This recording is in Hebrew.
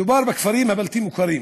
מדובר בכפרים הבלתי-מוכרים,